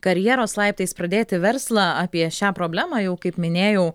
karjeros laiptais pradėti verslą apie šią problemą jau kaip minėjau